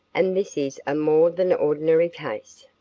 and this is a more than ordinary case.